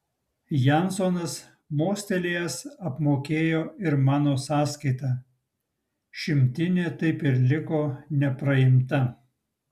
jansonas mostelėjęs apmokėjo ir mano sąskaitą šimtinė taip ir liko nepraimta